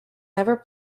never